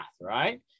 right